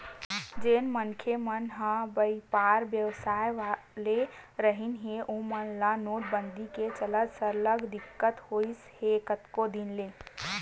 जेन मनखे मन ह बइपार बेवसाय वाले रिहिन हे ओमन ल नोटबंदी के चलत सरलग दिक्कत होइस हे कतको दिन ले